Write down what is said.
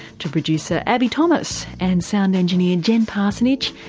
to producer abbie thomas and sound engineer jen parsonage,